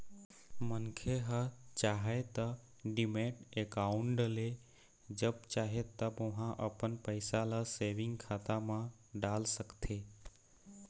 मनखे ह चाहय त डीमैट अकाउंड ले जब चाहे तब ओहा अपन पइसा ल सेंविग खाता म डाल सकथे